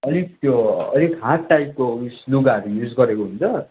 अलिक त्यो अलिक हार्ड टाइपको उस लुगाहरू युज गरेको हुन्छ